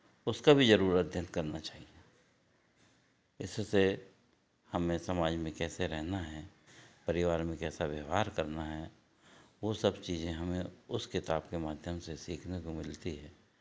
उसका भी है ज़रूर अध्ययन करना चाहिए इससे हमें समाज में कैसे रहना है परिवार में कैसा व्यवहार करना है वो सब चीज़ें हमें उस किताब के माध्यम से सीखने को मिलती हैं